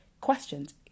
questions